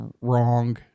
wrong